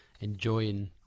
enjoying